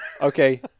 Okay